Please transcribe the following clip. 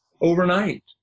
overnight